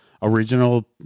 Original